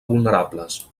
vulnerables